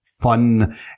fun